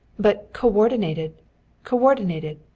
but coordinated coordinated.